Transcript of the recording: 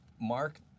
Mark